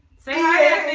say hi